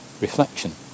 reflection